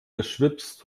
beschwipst